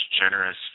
generous